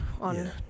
on